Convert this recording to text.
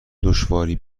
دشواری